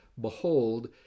behold